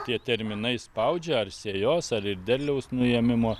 tie terminai spaudžia ar sėjos ar ir derliaus nuėmimo